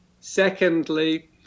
Secondly